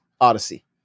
Odyssey